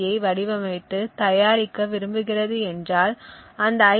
யை வடிவமைத்து தயாரிக்க விரும்புகிறது என்றால் அந்த ஐ